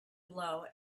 blow